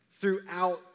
throughout